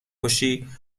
کشی